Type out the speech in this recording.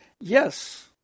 yes